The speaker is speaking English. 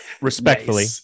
Respectfully